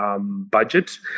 budget